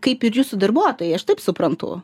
kaip ir jūsų darbuotojai aš taip suprantu